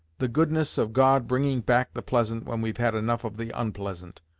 the goodness of god bringing back the pleasant when we've had enough of the onpleasant.